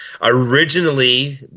Originally